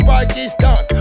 Pakistan